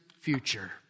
future